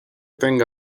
tenga